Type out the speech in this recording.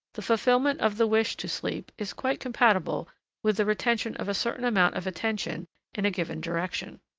the fulfillment of the wish to sleep is quite compatible with the retention of a certain amount of attention in a given direction.